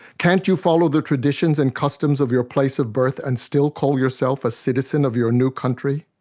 can't you follow the traditions and customs of your place of birth and still call yourself a citizen of your new country?